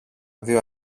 δυο